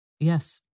Yes